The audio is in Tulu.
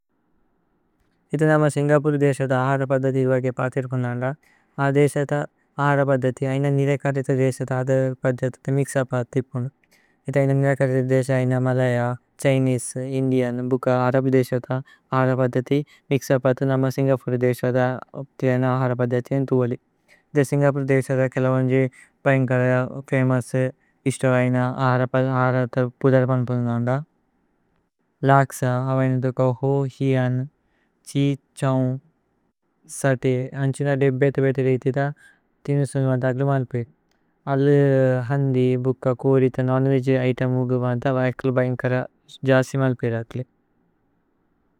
ഇത നമ സിന്ഗപോരേ ദേസ ദ ആഹര പദ്ദതി ഇല്വഗേ। പതിര് കോന്ദന്ദ ഇത നമ സിന്ഗപോരേ ദേസ ദ ആഹര്। പദ്ദതി ഇല്വഗേ പതിര് കോന്ദന്ദ ആ ദേസ ദ ആഹര। പദ്ദതി ഐന നിരേ കരിത ദേസ ദ ആഹര പദ്ദതി। ത മിക്സ് ഉപ് അര്തി പോനു ആ ദേസ ദ ആഹര പദ്ദതി। ഐന നിരേ കരിത ദേസ ദ ആഹര പദ്ദതി ത മിക്സ്। ഉപ് അര്തി പോനു ഇത സിന്ഗപോരേ ദേസ ദ കേല വന്ജേ। ബൈന്ഗ്കര ഫമോഉസ് ഇശ്ത വൈന ആഹര പദ്ദതി। ആഹര പദ്ദതി പുദരപന് കോന്ദന്ദ ഇത സിന്ഗപോരേ। ദേസ ദ കേല വന്ജേ ബൈന്ഗ്കര ഫമോഉസ് ഇശ്ത വൈന। ആഹര പദ്ദതി ആഹര പദ്ദതി പുദരപന് കോന്ദന്ദ। ലക്സ അവൈനോ ദേഖ ഹോ, ഹി, അനു, ഛി, ഛൌ, സതി। അന്ഛി ന ദേബേതേ ബേതേ രേഇഥിത തിനോ സുനമത അകില്। മല്പേതേ ലക്സ അവൈനോ ദേഖ ഹോ ഹി, അനു ഛി ഛൌ। സതി അന്ഛി ന ദേബേതേ ബേതേ രേഇഥിത തിനോ സുനമത। അകില് മല്പേതേ ലക്സ അവൈനോ ദേഖ ഹോ, ഹി, അനു, ഛി। ഛൌ സതി അന്ഛി ന ദേബേതേ ബേതേ രേഇഥിത തിനോ। സുനമത അകില് മല്പേതേ।